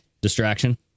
Distraction